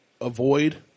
avoid